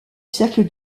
cercle